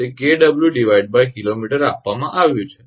તે 𝑘𝑊𝑘𝑚 આપવામાં આવ્યું છે